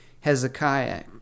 Hezekiah